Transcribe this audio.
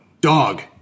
dog